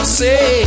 say